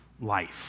life